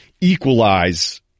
equalize